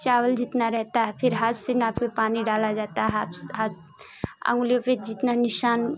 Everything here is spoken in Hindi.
चावल जितना रहता है फिर हाथ से नाप कर पानी डाला जाता हाप्स हाथ अंगुलियों पर जितना निशान